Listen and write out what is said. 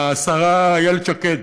השרה איילת שקד,